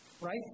Right